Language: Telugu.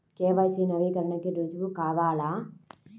కే.వై.సి నవీకరణకి రుజువు కావాలా?